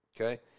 Okay